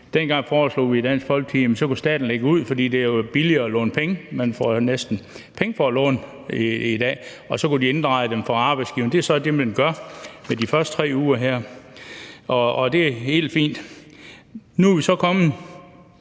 Dengang foreslog vi i Dansk Folkeparti, at staten kunne lægge ud – for det er jo billigt at låne, man får næsten penge for at låne i dag – og så kunne de inddrage dem fra arbejdsgiveren. Det er så det, man gør med de første 3 uger her, og det er helt fint. Nu er vi så kommet